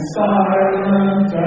silent